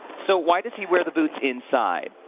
so why does he wear the boots inside?